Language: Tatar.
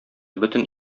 бөтен